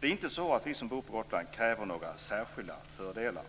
Det är inte så att vi som bor på Gotland kräver några särskilda fördelar.